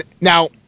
Now